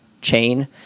chain